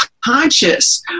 conscious